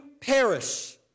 perish